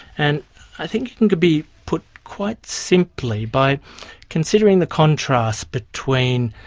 and i think it can can be put quite simply by considering the contrast between